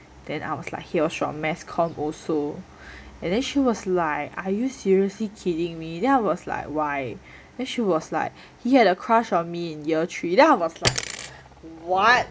then I was like he was from mass comm also and then she was like are you seriously kidding me then I was like why then she was like he had a crush on me in year three then I was like what